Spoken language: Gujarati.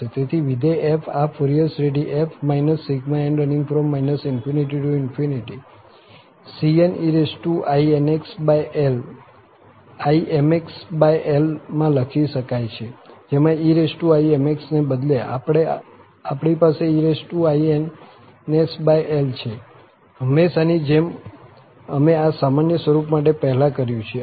તેથી વિધેય f આ ફુરિયર શ્રેઢી f ∑n ∞ cnemixL માં લખી શકાય છે જેમાં eimx ને બદલે આપણી પાસે einsL છે હંમેશાની જેમ અમે આ સામાન્ય સ્વરૂપ માટે પહેલાં કર્યું છે